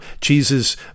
Jesus